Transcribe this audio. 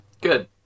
Good